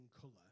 color